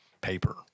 paper